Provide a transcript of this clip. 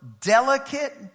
delicate